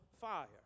fire